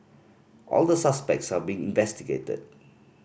all the suspects are being investigated